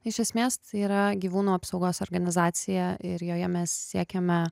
iš esmės tai yra gyvūnų apsaugos organizacija ir joje mes siekiame